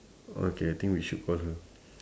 okay I think we should call her